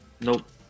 Nope